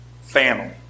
family